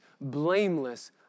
blameless